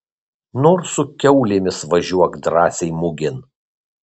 nors su kiaulėmis važiuok drąsiai mugėn